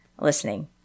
listening